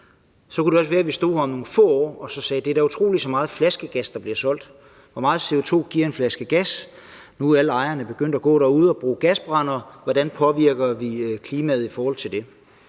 kunne det være, at vi stod her om få år og sagde, at det da er utroligt, så meget flaskegas der bliver solgt. Hvor meget CO2 giver en flaske gas? Nu er alle ejerne begyndt at gå derude og bruge gasbrændere, så hvordan påvirker vi klimaet i forhold til det?